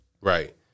Right